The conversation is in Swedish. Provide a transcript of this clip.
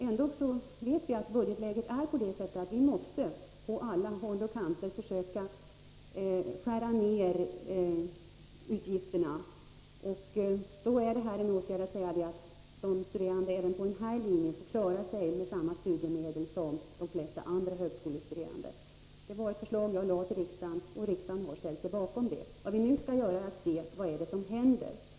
Ändock vet vi att budgetläget är sådant att vi på alla håll och kanter måste försöka skära ned utgifterna, och en åtgärd är då att man bestämmer att de studerande även på den här linjen får klara sig med samma studiemedel som de flesta andra högskolestuderande. Det här var ett förslag som jag lade fram till riksdagen, och riksdagen har ställt sig bakom det. Vad vi nu skall göra är att se vad som händer.